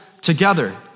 together